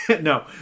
no